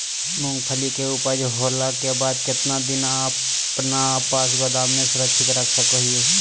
मूंगफली के ऊपज होला के बाद कितना दिन अपना पास गोदाम में सुरक्षित रख सको हीयय?